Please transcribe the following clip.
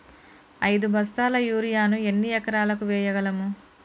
ఐదు బస్తాల యూరియా ను ఎన్ని ఎకరాలకు వేయగలము?